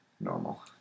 normal